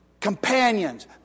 Companions